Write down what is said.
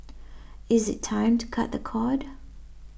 is it time to cut the cord